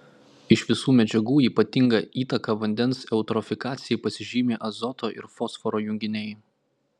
iš visų medžiagų ypatinga įtaka vandens eutrofikacijai pasižymi azoto ir fosforo junginiai